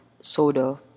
soda